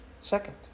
Second